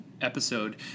episode